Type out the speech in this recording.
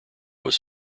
was